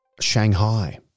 Shanghai